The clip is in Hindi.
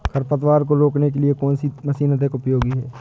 खरपतवार को रोकने के लिए कौन सी मशीन अधिक उपयोगी है?